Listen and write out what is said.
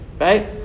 right